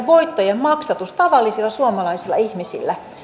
voittojen maksatus tavallisilla suomalaisilla ihmisillä